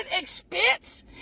expense